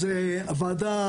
(באמצעות מצגת) אז הוועדה,